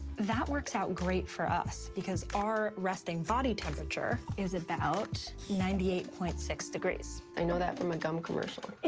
that works out great for us because our resting body temperature is about ninety eight point six degrees joss i know that from a gum commercial.